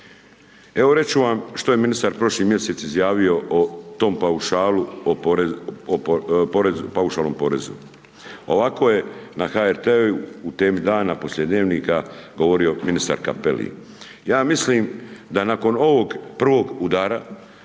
Evo, reći ću vam što je ministar prošli mjesec izjavio o tom paušalu o porezu, paušalnom porezu. Ovako je na HRT-u u Temi dana poslije Dnevnika govorio ministar Cappelli, ja mislim da nakon ovog prvog udara,